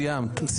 סיימת.